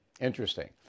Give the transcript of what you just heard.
Interesting